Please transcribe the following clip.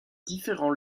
différents